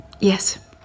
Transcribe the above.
Yes